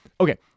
Okay